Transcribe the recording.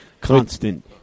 constant